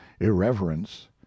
irreverence